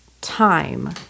time